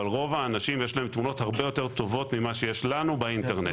אבל לרוב האנשים יש תמונות הרבה יותר טובות ממה שיש לנו באינטרנט.